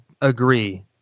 agree